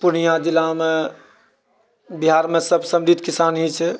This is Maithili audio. पुर्णियाँ जिलामे बिहारमे सभ समृद्ध किसान ही छै